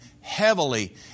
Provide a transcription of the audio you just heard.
heavily